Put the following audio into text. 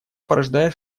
порождает